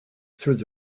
through